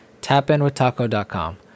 tapinwithtaco.com